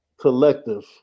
collective